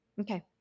Okay